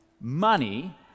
money